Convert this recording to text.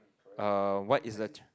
uh what is t~